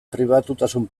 pribatutasun